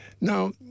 Now